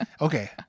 okay